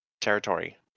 Territory